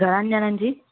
घणनि ॼणनि जी